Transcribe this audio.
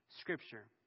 scripture